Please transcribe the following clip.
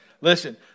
Listen